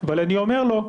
אבל אני אומר לו,